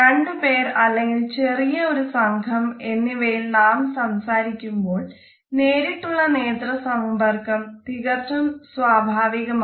രണ്ട് പേർ അല്ലെങ്കിൽ ചെറിയ ഒരു സംഘം എന്നിവയിൽ നാം സംസാരിക്കുമ്പോൾ നേരിട്ടുള്ള നേത്ര സമ്പർക്കം തികച്ചും സ്വാഭാവികമാണ്